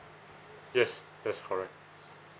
yes that's correct